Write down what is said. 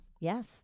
Yes